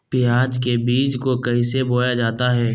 प्याज के बीज को कैसे बोया जाता है?